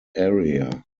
area